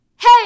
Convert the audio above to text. Hey